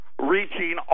reaching